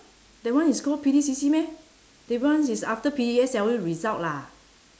that one is called P_D_C_C meh that one is after P_S_L_E result lah